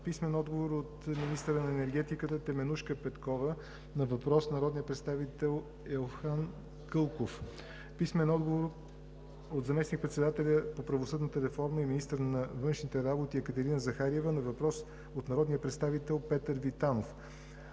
Стоянов; - от министъра на енергетиката Теменужка Петкова на въпрос от народния представител Елхан Кълков; - от заместник министър-председателя по правосъдната реформа и министър на външните работи Екатерина Захариева на въпрос от народния представител Петър Витанов;